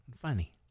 funny